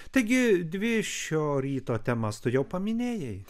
taigi dvi šio ryto temas tu jau paminėjai